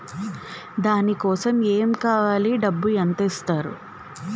దాని కోసం ఎమ్ కావాలి డబ్బు ఎంత ఇస్తారు?